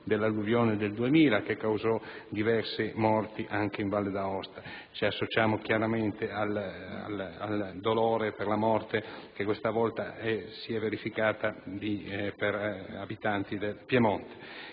dell'alluvione del 2000, che causò diverse morti anche in Valle d'Aosta. Ci associamo ovviamente al dolore per la morte che questa volta ha colpito abitanti del Piemonte.